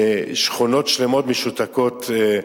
ששכונות שלמות משותקות.